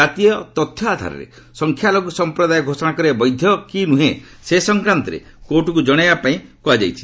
ଜାତୀୟ ତଥ୍ୟ ଆଧାରରେ ସଂଖ୍ୟାଲଘୁ ସଂପ୍ରଦାୟ ଘୋଷଣା କରିବା ଅବୈଧ କି ସେ ସଂକ୍ରାନ୍ତରେ କୋର୍ଟ୍କୁ ଜଣାଇବା ପାଇଁ କୁହାଯାଇଛି